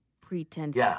pretense